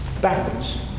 backwards